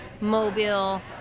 Mobile